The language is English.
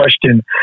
question